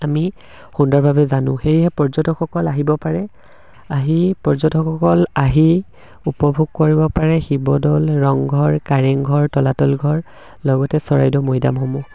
আমি সুন্দৰভাৱে জানো সেয়েহে পৰ্যটকসকল আহিব পাৰে আহি পৰ্যটকসকল আহি উপভোগ কৰিব পাৰে শিৱদৌল ৰংঘৰ কাৰেংঘৰ তলাতল ঘৰ লগতে চৰাইদেউ মৈদামসমূহ